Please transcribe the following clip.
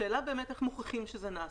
השאלה היא איך מוכיחים שזה נעשה.